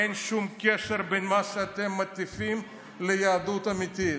אין שום קשר בין מה שאתם מטיפים לו ליהדות אמיתית.